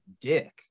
dick